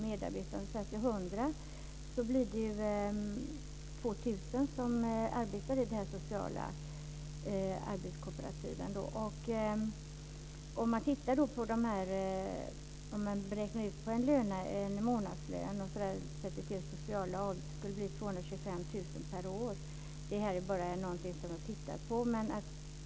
Om vi säger att det är 100 blir det 2 000 som arbetar i sociala arbetskooperativ. Om man räknar med en månadslön och lägger till sociala avgifter skulle det bli 225 000 kr per år. Detta är bara några siffror som jag tittat på.